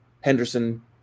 Henderson